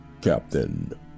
Captain